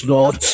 Lord